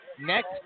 Next